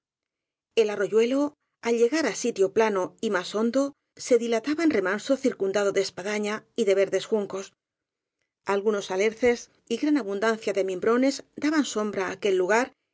el arroyuelo al llegar á sitio llano y más hondo se dilataba en remanso circundado de espadaña y de verdes juncos algunos alerces y gran abundan cia de mimbrones daban sombra á aquel lugar